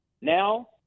Now